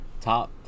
top